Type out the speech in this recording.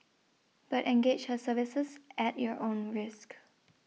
but engage her services at your own risk